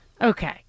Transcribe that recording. Okay